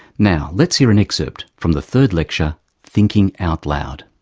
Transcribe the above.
now, let's hear an excerpt from the third lecture thinking out loud.